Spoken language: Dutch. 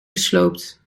gesloopt